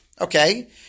Okay